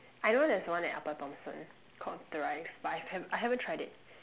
I know there's one at upper Thomson called thrive but I have I haven't tried it